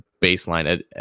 baseline